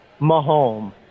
Mahomes